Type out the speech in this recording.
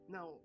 Now